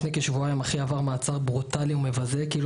לפני כשבועיים אחי עבר מעצר ברוטלי ומבזה כאילו